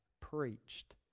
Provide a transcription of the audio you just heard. preached